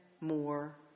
more